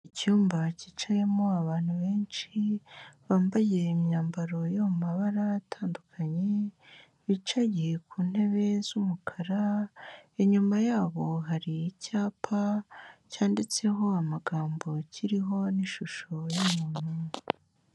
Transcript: Icyumba cyicayemo abantu benshi, bambaye imyambaro yo mu mabara atandukanye, bicariye ku ntebe z'umukara, inyuma yabo hari icyapa cyanditseho amagambo kiriho n'ishusho y'umuntu.